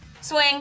Swing